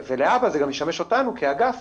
ולהבא זה גם ישמש אותנו כאגף